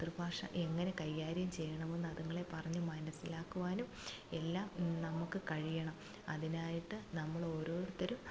മാതൃഭാഷ എങ്ങനെ കൈകാര്യം ചെയ്യണമെന്ന് അതുങ്ങളെ പറഞ്ഞ് മനസ്സിലാക്കുവാനും എല്ലാം നമുക്ക് കഴിയണം അതിനായിട്ട് നമ്മളോരോരുത്തരും